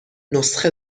نسخه